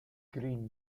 green